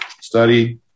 study